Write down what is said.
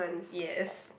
yes